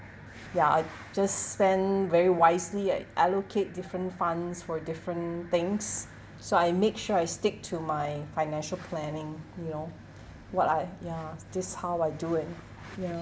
ya I just spend very wisely I allocate different funds for different things so I make sure I stick to my financial planning you know what I ya this is how I'm doing ya